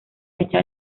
fecha